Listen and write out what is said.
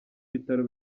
ibitaro